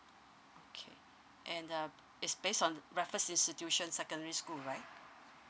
okay and um it's based on raffles insituation secondary school right